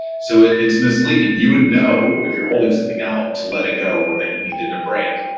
so it's misleading. you would know if you're holding something out to let it go, or that you needed a break,